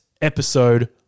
episode